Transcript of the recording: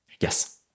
Yes